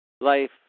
life